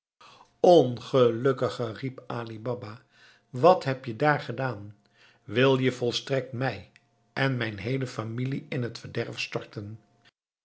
ongelukkige riep ali baba wat heb je daar gedaan wil je volstrekt mij en mijn heele familie in t verderf storten